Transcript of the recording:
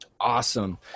Awesome